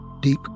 Deep